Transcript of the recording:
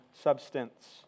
substance